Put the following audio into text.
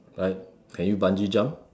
like can you bungee jump